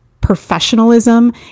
professionalism